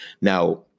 Now